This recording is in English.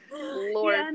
Lord